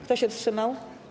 Kto się wstrzymał?